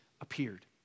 appeared